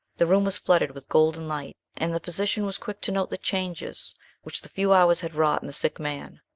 the room was flooded with golden light, and the physician was quick to note the changes which the few hours had wrought in the sick man.